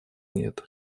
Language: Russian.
нет